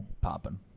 popping